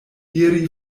iri